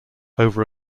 over